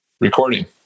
Recording